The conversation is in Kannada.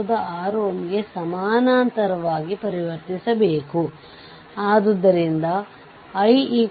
ಆದ್ದರಿಂದ ಇದು ಓಪನ್ ಸರ್ಕ್ಯೂಟ್ ಆಗಿದೆ ಆದ್ದರಿಂದ 6 VThevenin 0